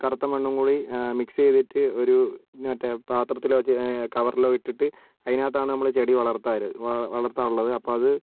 ഈ കറുത്ത മണ്ണും കൂടി മിക്സ് ചെയ്തിട്ട് ഒരു മറ്റേ പാത്രത്തിലാക്കി കവറിലോ ഇട്ടിട്ട് അതിനകത്താണ് നമ്മൾ ചെടി വളർത്താറ് വള വളർത്താറുള്ളത് അപ്പോൾ അത്